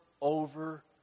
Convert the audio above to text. over